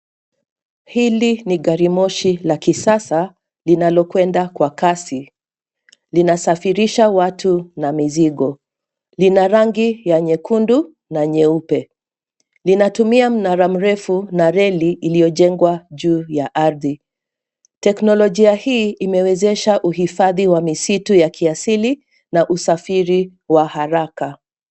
Hili ni garimoshi la kisasa linalokwenda kwa kasi. Linasafirisha watu na mizigo. Lina rangi ya nyekundu na nyeupe. Linatumia mnara mrefu na reli iliyojengwa juu ya ardhi. Teknolojia hii imewezesha uhifadhi wa msitu ya kiasili na usafiri wa haraka.